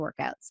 workouts